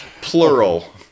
Plural